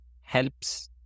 helps